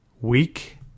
weak